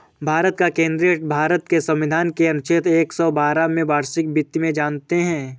भारत का केंद्रीय बजट भारत के संविधान के अनुच्छेद एक सौ बारह में वार्षिक वित्त में जानते है